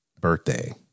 birthday